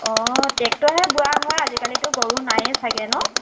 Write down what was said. অঁ টেক্টৰহে বোৱা হয় আজিকালিতো গৰু নায়েই চাগে নহ্